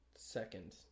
Second